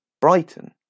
Brighton